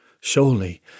surely